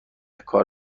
کار